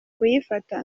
kuyifata